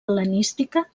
hel·lenística